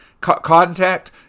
contact